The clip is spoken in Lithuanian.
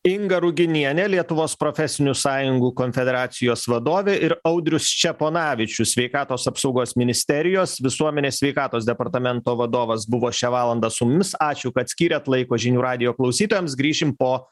inga ruginienė lietuvos profesinių sąjungų konfederacijos vadovė ir audrius ščeponavičius sveikatos apsaugos ministerijos visuomenės sveikatos departamento vadovas buvo šią valandą su mumis ačiū kad skyrėt laiko žinių radijo klausytojams grįšim po